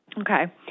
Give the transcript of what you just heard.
Okay